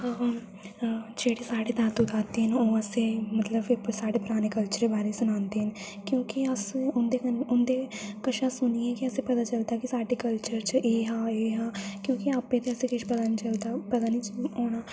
अ अ जेहड़े साढ़े दादु दादी न ओ असेई मतलब साढ़े पराने कल्चर बारै सनांदे न क्युंकी अस उंदे कन्नै उंदे कशा सुनेई गे असेई पता चलदा की साढ़े कल्चर च ऐ हा ऐ हा क्युकी आपे ते अस केश पता निं चलदा पता निं होना